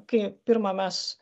kai pirma mes